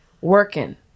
working